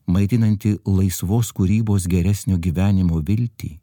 maitinanti laisvos kūrybos geresnio gyvenimo viltį